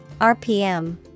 RPM